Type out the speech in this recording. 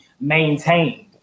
maintained